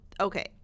okay